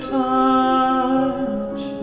touch